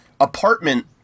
apartment